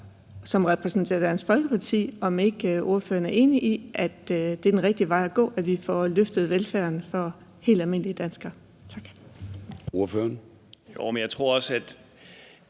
som repræsenterer Dansk Folkeparti, om ikke ordføreren er enig i, at det er den rigtige vej at gå, at vi får løftet velfærden for helt almindelige danskere. Tak. Kl.